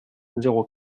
zéro